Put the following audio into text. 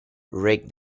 rake